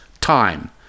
time